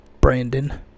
Brandon